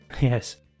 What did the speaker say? Yes